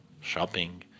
shopping